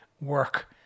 work